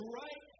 right